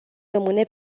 rămâne